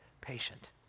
patient